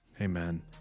Amen